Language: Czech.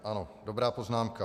Ano, dobrá poznámka .